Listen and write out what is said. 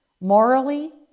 Morally